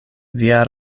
via